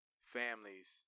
families